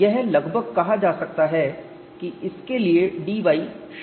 यह लगभग कहा जा सकता है कि इसके लिए dy 0 के बराबर है